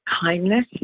kindness